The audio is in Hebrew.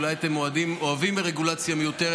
אולי אתם אוהבים רגולציה מיותרת,